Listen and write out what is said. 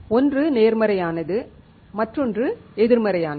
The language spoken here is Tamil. ஒன்று நேர்மறையானது மற்றொன்று எதிர்மறையானது